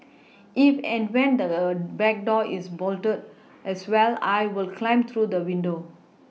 if and when the back door is bolted as well I will climb through the window